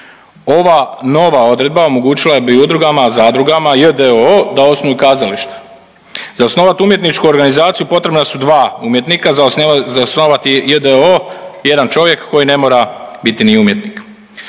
Ova nova odredba omogućila bi udrugama, zadrugama, j.d.o.o., da osnuju kazališta. Za osnovati umjetničku organizaciju potrebna su dva umjetnika, za osnovati j.d.o.o. jedan čovjek koji ne mora biti ni umjetnik.